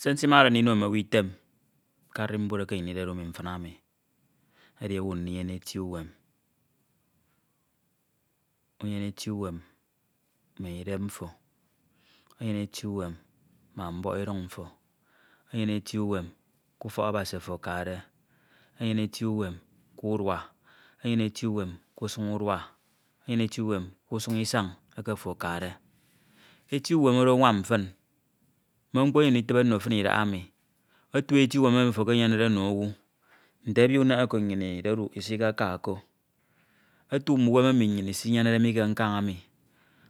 Se nsimade ndino mm’owu Item ke arionbud eke nnyin Idodu mi mfin emi edi owu ndinyene eti uwem, unyene eti uwem ma Idem mfo, enyene eti uwem ma mbọhọ Iduñ mfo, enyene eti uwem k’utọk Abasi afo akade, enyene eti uwem k’urua, enyene eti uwem k’usuñ urua. enyene eti uwem k’usuñ Isañ eke afo akade, eti uwen oro anwam fin, me mkpo enyem nditibe nno fin Idaha emi otu ke eti uwem emi ofo ekenyenede eno owu. Nte ebi uneghe eke nnyin Isik aka ko, otu mme uwem emi nnyin Isinyenye mi ke nkañem